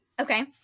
Okay